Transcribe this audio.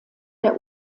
der